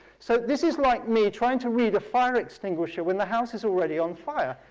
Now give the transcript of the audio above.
so this is like me trying to read a fire extinguisher when the house is already on fire.